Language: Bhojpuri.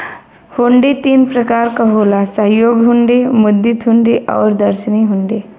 हुंडी तीन प्रकार क होला सहयोग हुंडी, मुद्दती हुंडी आउर दर्शनी हुंडी